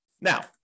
Now